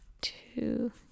two